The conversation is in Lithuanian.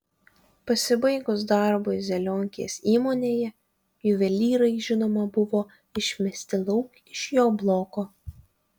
pasibaigus darbui zelionkės įmonėje juvelyrai žinoma buvo išmesti lauk iš jo bloko